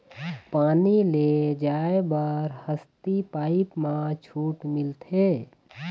पानी ले जाय बर हसती पाइप मा छूट मिलथे?